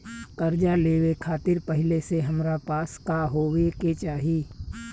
कर्जा लेवे खातिर पहिले से हमरा पास का होए के चाही?